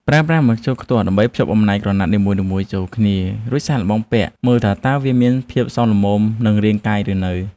ប្រើប្រាស់ម្ជុលខ្ទាស់ដើម្បីភ្ជាប់បំណែកក្រណាត់នីមួយៗចូលគ្នា រួចសាកល្បងពាក់មើលថាតើវាមានភាពសមល្មមនឹងរាងកាយឬនៅ។